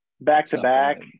Back-to-back